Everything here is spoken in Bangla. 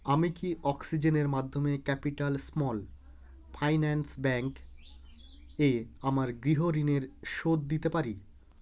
আমি কি অক্সিজেনের মাধ্যমে ক্যাপিটাল স্মল ফাইন্যান্স ব্যাঙ্ক এ আমার গৃহ ঋণের শোধ দিতে পারি